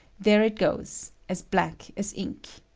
there it goes, as black as ink.